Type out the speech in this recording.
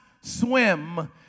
swim